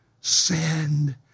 send